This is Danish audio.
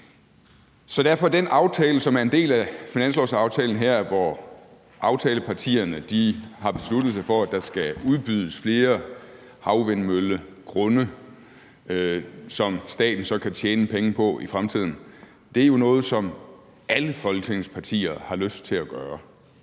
så derfor er den aftale, som er en del af finanslovsaftalen her, hvor aftalepartierne har besluttet sig for, at der skal udbydes flere havvindmøllegrunde, som staten så kan tjene penge på i fremtiden, jo en aftale om noget, som alle Folketingets partier har lyst til at gøre.